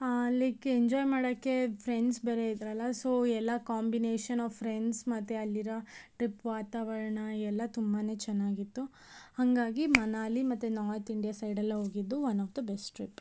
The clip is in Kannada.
ಲೈಕ್ ಎಂಜಾಯ್ ಮಾಡೋಕ್ಕೆ ಫ್ರೆಂಡ್ಸ್ ಬೇರೆ ಇದರಲ್ಲ ಸೋ ಎಲ್ಲ ಕಾಂಬಿನೇಷನ್ ಆಫ್ ಫ್ರೆಂಡ್ಸ್ ಮತ್ತು ಅಲ್ಲಿರೋ ಟ್ರಿಪ್ ವಾತಾವರಣ ಎಲ್ಲ ತುಂಬಾ ಚೆನ್ನಾಗಿತ್ತು ಹಾಗಾಗಿ ಮನಾಲಿ ಮತ್ತು ನಾತ್ ಇಂಡಿಯಾ ಸೈಡೆಲ್ಲ ಹೋಗಿದ್ದು one of the best trip